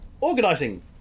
organising